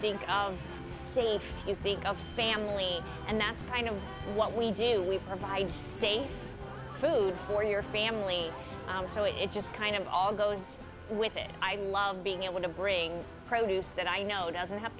think safe you think of family and that's kind of what we do we provide safe food for your family and so it just kind of all goes with it i love being able to bring produce that i know doesn't have